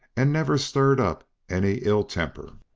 and never stirred up any ill-temper.